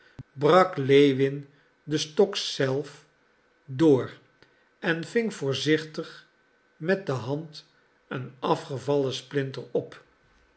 brak lewin den stok zelf door en ving voorzichtig met de hand een afgevallen splinter op